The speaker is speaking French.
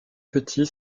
petit